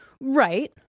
Right